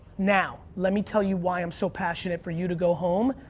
now, let me tell you why i'm so passionate for you to go home,